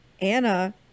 Anna